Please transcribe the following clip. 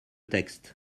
texte